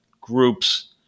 groups